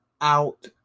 out